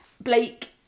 Blake